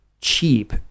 cheap